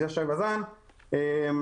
והילה שי וזאן אמרו.